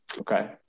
Okay